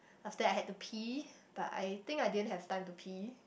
after that I had to pee but I think I didn't have time to pee